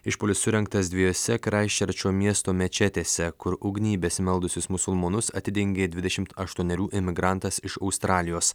išpuolis surengtas dviejose kraisčerčo miesto mečetėse kur ugnį į besimeldusius musulmonus atidengė dvidešimt aštuonerių imigrantas iš australijos